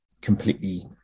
completely